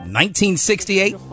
1968